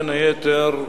בין היתר,